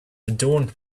adorned